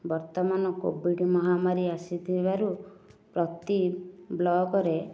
ବର୍ତ୍ତମାନ କୋଭିଡ଼ ମହାମାରୀ ଆସିଥିବାରୁ ପ୍ରତି ବ୍ଲକରେ